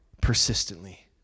persistently